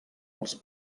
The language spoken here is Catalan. els